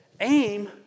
aim